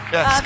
Yes